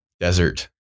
desert